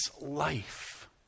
life